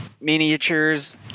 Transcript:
miniatures